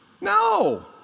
No